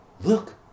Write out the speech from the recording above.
look